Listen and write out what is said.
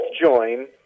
join